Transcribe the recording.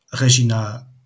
Regina